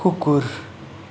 कुकुर